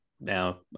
now